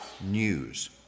news